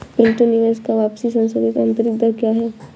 पिंटू निवेश का वापसी संशोधित आंतरिक दर क्या है?